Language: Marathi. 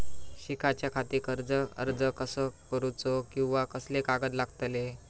शिकाच्याखाती कर्ज अर्ज कसो करुचो कीवा कसले कागद लागतले?